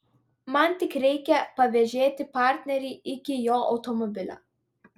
man tik reikia pavėžėti partnerį iki jo automobilio